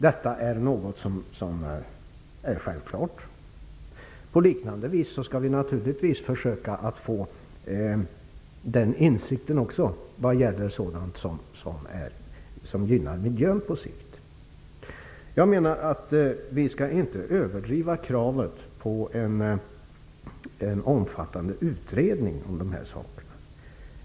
Det är en självklarhet. Vi skall naturligtvis också försöka att få den insikten vad gäller sådant som på sikt missgynnar miljön. Jag menar att vi inte skall överdriva kravet på en omfattande utredning om dessa frågor.